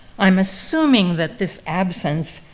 i'm assuming that this absence